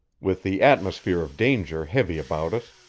with the atmosphere of danger heavy about us,